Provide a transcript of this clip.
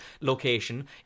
location